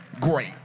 great